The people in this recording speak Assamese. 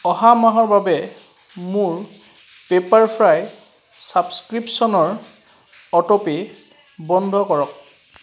অহা মাহৰ বাবে মোৰ পেপাৰফ্ৰাই ছাবস্ক্ৰিপশ্যনৰ অট' পে' বন্ধ কৰক